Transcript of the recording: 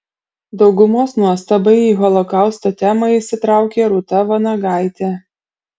daugumos nuostabai į holokausto temą įsitraukė rūta vanagaitė